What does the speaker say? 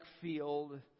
field